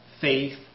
faith